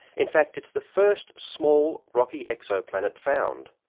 in fact, it's the first small rocky exoplanet found.